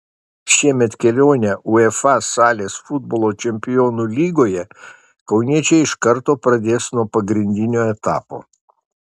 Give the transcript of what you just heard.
šiemet kelionę uefa salės futbolo čempionų lygoje kauniečiai iš karto pradės nuo pagrindinio etapo